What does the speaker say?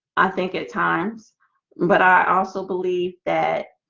i think at times but i also believe that